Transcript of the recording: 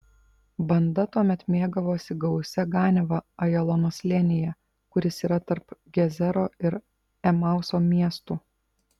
banda tuomet mėgavosi gausia ganiava ajalono slėnyje kuris yra tarp gezero ir emauso miestų